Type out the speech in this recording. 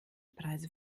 preise